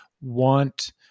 want